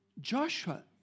Joshua